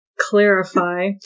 clarify